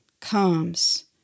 comes